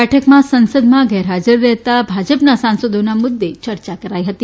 બેઠકમાં સંસદમાં ગેરહાજર રહેતા ભાજપના સાંસદોના મુદ્દે ચર્ચા કરાઇ હતી